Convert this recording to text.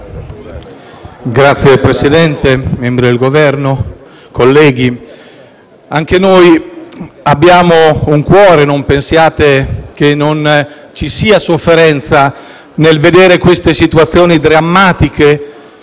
Signor Presidente, membri del Governo, colleghi, anche noi abbiamo un cuore e non pensiate che non ci sia sofferenza nel vedere queste situazioni drammatiche